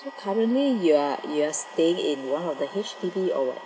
so currently you are you are staying in one of the H_D_B or what